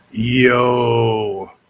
yo